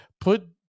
put